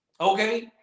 Okay